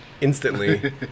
instantly